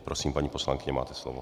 Prosím, paní poslankyně, máte slovo.